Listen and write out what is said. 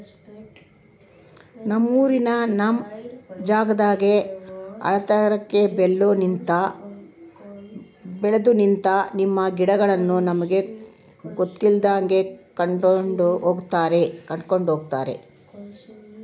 ನಮ್ಮೂರಿನ ನಮ್ ಜಾಗದಾಗ ಆಳೆತ್ರಕ್ಕೆ ಬೆಲ್ದು ನಿಂತ, ನಮ್ಮ ಗಿಡಗಳನ್ನು ನಮಗೆ ಗೊತ್ತಿಲ್ದಂಗೆ ಕಡ್ಕೊಂಡ್ ಹೋಗ್ಯಾರ